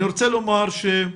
אני רוצה לומר שאת